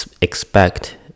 expect